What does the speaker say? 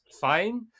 fine